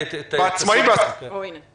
בעצמאים רגע,